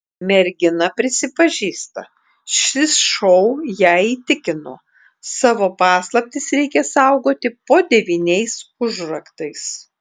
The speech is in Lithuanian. mergina prisipažįsta šis šou ją įtikino savo paslaptis reikia saugoti po devyniais užraktais